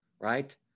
right